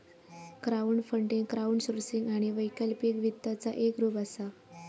crowdfunding crowdsourcing आणि वैकल्पिक वित्ताचा एक रूप असा